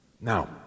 now